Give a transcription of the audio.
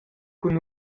cun